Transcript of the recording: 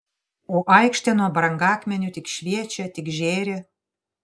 o aikštė nuo brangakmenių tik šviečia tik žėri